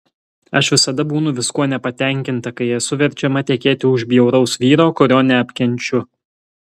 aš visada būnu viskuo nepatenkinta kai esu verčiama tekėti už bjauraus vyro kurio neapkenčiu